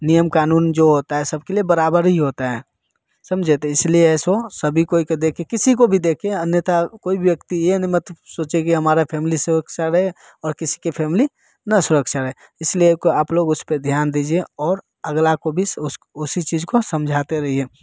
नियम कानून जो होता है सबके लिए बराबर ही होता है समझे तो इसलिए ऐसे सभी को देख किसी को भी देखें अन्यथा कोई भी व्यक्ति यह मत सोचिए कि हमारा फैमिली से है सुरक्षा रहे और किसी की फैमिली ना सुरक्षा रहे इसलिए आप लोग उस पर ध्यान दीजिए और अगर अगला को भी उसी चीज को समझाते रहिए